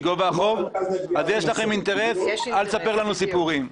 אז יש לכם אינטרס, אל תספר לנו סיפורים.